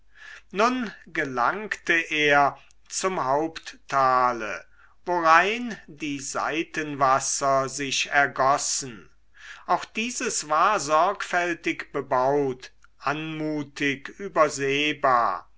nun gelangte er zum haupttale worein die seitenwasser sich ergossen auch dieses war sorgfältig bebaut anmutig übersehbar